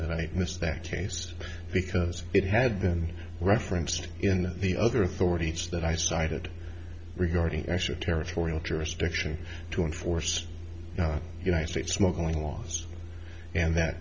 that i missed that case because it had been referenced in the other authorities that i cited regarding actual territorial jurisdiction to enforce united states smuggling laws and that